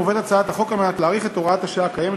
מובאת הצעת החוק כדי להאריך את הוראת השעה הקיימת